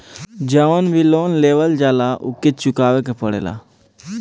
जवन भी लोन लेवल जाला उके चुकावे के पड़ेला